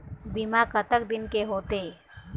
बीमा कतक दिन के होते?